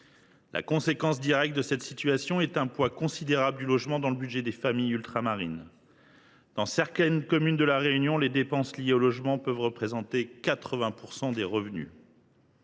conséquence directe le poids considérable du logement dans le budget des familles ultramarines. Dans certaines communes de La Réunion, les dépenses liées au logement peuvent représenter 80 % des revenus.